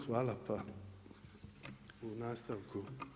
Hvala pa u nastavku.